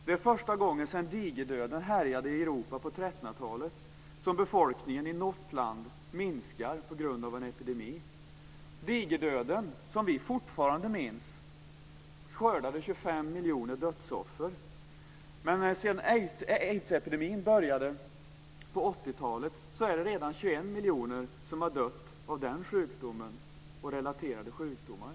Det är första gången sedan digerdöden härjade i Europa på 1300-talet som befolkningen i något land minskar på grund av en epidemi. Digerdöden, som vi fortfarande minns, skördade 25 miljoner dödsoffer. Men sedan aidsepidemin började på 80-talet är det redan 21 miljoner som har dött av den sjukdomen och av relaterade sjukdomar.